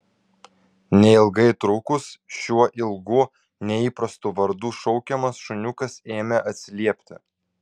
neilgai trukus šiuo ilgu neįprastu vardu šaukiamas šuniukas ėmė atsiliepti